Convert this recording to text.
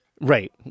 Right